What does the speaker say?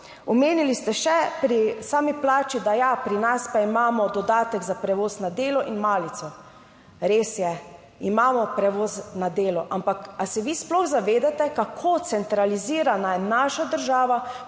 Omenili ste še pri sami plači, da ja, pri nas pa imamo dodatek za prevoz na delo in malico. Res je, imamo prevoz na delo, ampak a se vi sploh zavedate kako centralizirana je naša država